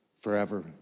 forever